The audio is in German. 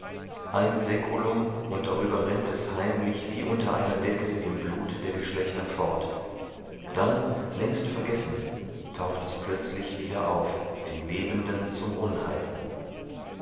ein saeculum und drüber rinnt es heimlich wie unter einer decke im blute der geschlechter fort dann längst vergessen taucht es plötzlich wieder auf den lebenden zum unheil